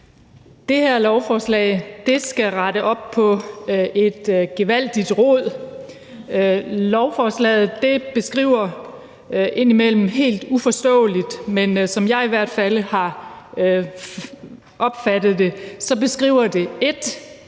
Det her lovforslag skal rette op på et gevaldigt rod. Lovforslaget beskriver det indimellem helt uforståeligt, men som jeg i hvert fald har opfattet det, beskriver det,